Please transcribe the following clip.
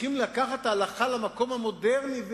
וצריכים לקחת את ההלכה למקום המודרני.